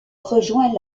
rejoint